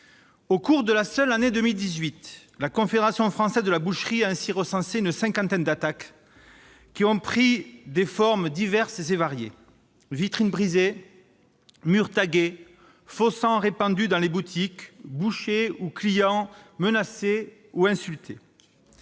Au cours de la seule année 2018, la Confédération française de la boucherie, boucherie-charcuterie, traiteurs a ainsi recensé une cinquantaine d'attaques, sous des formes diverses et variées : vitrines brisées, murs tagués, faux sang répandu dans les boutiques, bouchers ou clients menacés ou insultés.